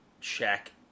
check